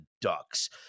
Ducks